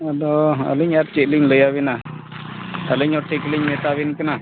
ᱟᱫᱚ ᱟᱹᱞᱤᱧ ᱟᱨ ᱪᱮᱫᱞᱤᱧ ᱞᱟᱹᱭ ᱟᱵᱮᱱᱟ ᱟᱹᱞᱤᱧ ᱦᱚᱸ ᱴᱷᱤᱠ ᱞᱤᱧ ᱢᱮᱛᱟ ᱵᱤᱱ ᱠᱟᱱᱟ